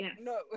No